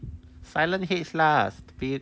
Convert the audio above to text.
silent lah stupid